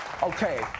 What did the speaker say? Okay